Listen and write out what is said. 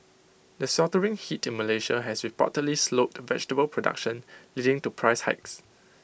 the sweltering heat in Malaysia has reportedly slowed the vegetable production leading to price hikes